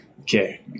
Okay